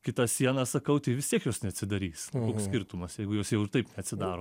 kitas sienas sakau tai vis tiek jos neatsidarys koks skirtumas jeigu jos jau ir taip neatsidaro